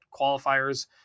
qualifiers